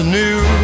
new